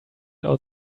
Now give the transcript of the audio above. out